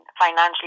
financially